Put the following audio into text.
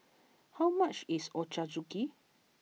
how much is Ochazuke